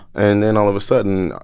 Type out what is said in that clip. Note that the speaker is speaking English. and then all of a sudden,